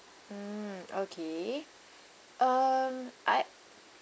mm okay um I